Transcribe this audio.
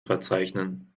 verzeichnen